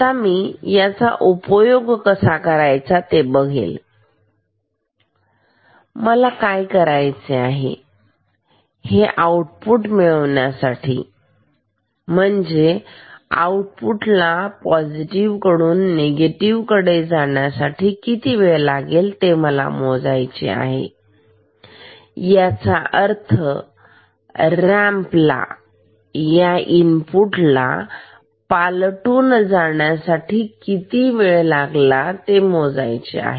आतामी याचा उपयोग करणार आहे मला काय करायचे आहे हे आऊटपुट मिळण्यासाठी म्हणजे आऊटपुटला पॉझिटिव्ह कडून निगेटिव्ह कडे जाण्यासाठी किती वेळ लागणार ते मला मोजायचे आहे याचा अर्थ रॅम्पला या इनपुटला पालटून जाण्यासाठी किती वेळ लागला ते मोजायचे आहे